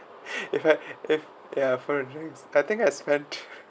if I if ya for the drinks I think has spent